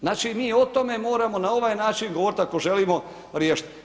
Znači mi o tome moramo na ovaj način govoriti ako želimo riješit.